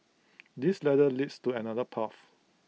this ladder leads to another path